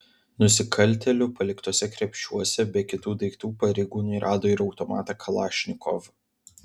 nusikaltėlių paliktuose krepšiuose be kitų daiktų pareigūnai rado ir automatą kalašnikov